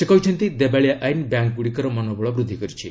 ସେ କହିଛନ୍ତି ଦେବାଳିଆ ଆଇନ୍ ବ୍ୟାଙ୍କ୍ ଗୁଡ଼ିକର ମନୋବଳ ବୃଦ୍ଧି କରିଛି